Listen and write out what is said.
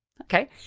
okay